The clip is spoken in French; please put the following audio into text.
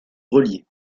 reliés